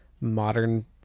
modern